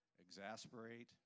Exasperate